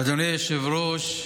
אדוני היושב-ראש,